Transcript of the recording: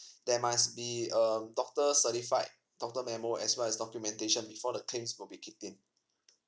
there must be um doctor certified doctor memo as well as documentation before the claims will be kicked in